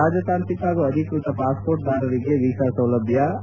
ರಾಜತಾಂತ್ರಿಕ ಹಾಗೂ ಅಧಿಕೃತ ಪಾಸ್ಪೋರ್ಟ್ದಾರರಿಗೆ ವೀಸಾ ಸೌಲಭ್ಞ